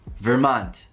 Vermont